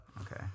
Okay